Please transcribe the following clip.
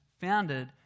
founded